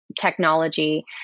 Technology